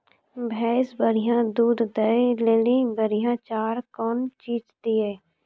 भैंस बढ़िया दूध दऽ ले ली बढ़िया चार कौन चीज दिए?